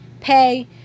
pay